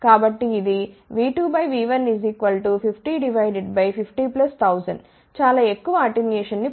కాబట్టి ఇది V2V15050 1000 చాలా ఎక్కువ అటెన్యుయేషన్ ని పొందవచ్చు